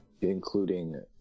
including